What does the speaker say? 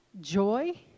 joy